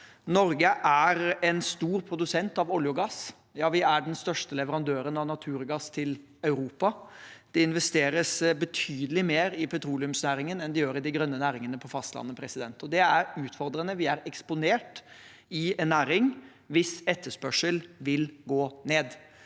Norge er en stor produsent av olje og gass. Vi er den største leverandøren av naturgass til Europa. Det investeres betydelig mer i petroleumsnæringen enn det gjøres i de grønne næringene på fastlandet. Det er utfordrende. Vi er eksponert i en næring hvis etterspørsel vil gå ned.